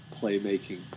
playmaking